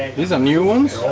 these are new ones?